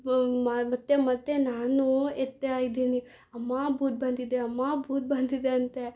ಮ ಮತ್ತು ಮತ್ತು ನಾನು ಎತ್ತಾ ಇದೀನಿ ಅಮ್ಮ ಭೂತ ಬಂದಿದೆ ಅಮ್ಮ ಭೂತ ಬಂದಿದೆ ಅಂತ